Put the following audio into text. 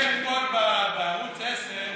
ראיתי אתמול בערוץ 10,